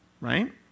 Right